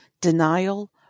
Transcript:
denial